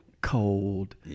cold